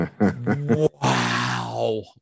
wow